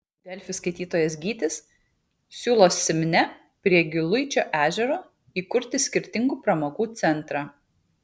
delfi skaitytojas gytis siūlo simne prie giluičio ežero įkurti skirtingų pramogų centrą